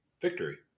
victory